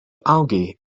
algae